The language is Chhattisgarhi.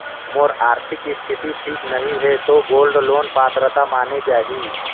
मोर आरथिक स्थिति ठीक नहीं है तो गोल्ड लोन पात्रता माने जाहि?